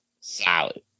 Solid